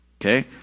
okay